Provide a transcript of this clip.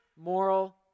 moral